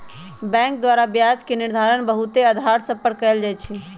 bank द्वारा ब्याज के निर्धारण बहुते अधार सभ पर कएल जाइ छइ